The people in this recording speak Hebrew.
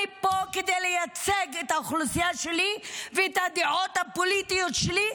אני פה כדי לייצג את האוכלוסייה שלי ואת הדעות הפוליטיות שלי,